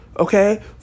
Okay